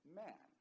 man